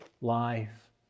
life